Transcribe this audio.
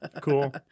Cool